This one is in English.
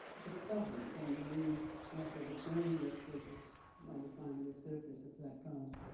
but it doesn't, and the new method of doing this, with modifying the surface of that glass,